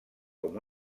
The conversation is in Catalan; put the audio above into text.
com